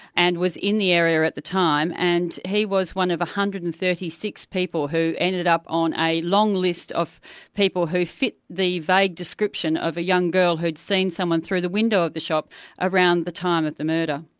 and was in the area at the time, and he was one of one hundred and thirty six people who ended up on a long list of people who fitted the vague description of a young girl who'd seen someone through the window of the shop around the time of the murder.